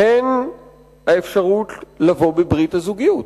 והן אפשרות לבוא בברית הזוגיות,